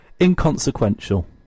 Inconsequential